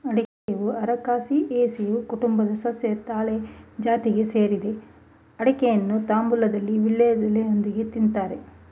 ಅಡಿಕೆಯು ಅರಕಾಸಿಯೆಸಿ ಕುಟುಂಬದ ಸಸ್ಯ ತಾಳೆ ಜಾತಿಗೆ ಸೇರಿದೆ ಅಡಿಕೆಯನ್ನು ತಾಂಬೂಲದಲ್ಲಿ ವೀಳ್ಯದೆಲೆಯೊಂದಿಗೆ ತಿನ್ತಾರೆ